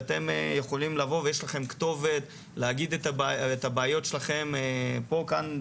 יכולים לבוא ויש לכם כתובת להגיד את הבעיות שלכם דווקא כאן,